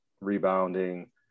rebounding